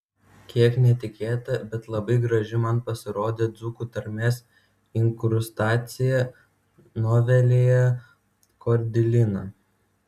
kiek netikėta bet labai graži man pasirodė dzūkų tarmės inkrustacija novelėje kordilina